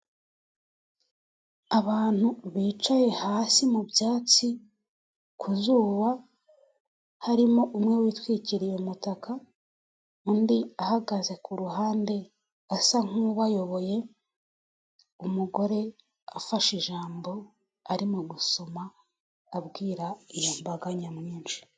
Abantu bicaye hasi mu byatsi ku zuba harimo umwe witwikiriye umutaka undi ahagaze ku ruhande asa nkuwayoboye, umugore afashe ijambo arimo gusoma abwira iyo mbaga nyamwinshi.